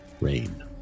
rain